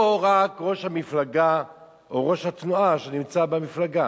או רק ראש המפלגה או ראש התנועה שנמצא במפלגה?